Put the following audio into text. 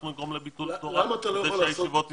נגרום לביטול תורה בזה שהישיבות יסגרו.